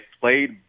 played